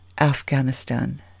Afghanistan